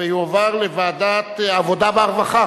במהלך ארבעה-עשר הימים הראשונים של החופשה),